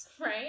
Right